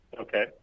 Okay